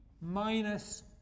minus